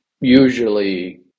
usually